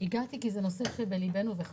הגעתי כי זה נושא שבליבנו והוא חשוב.